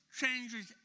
changes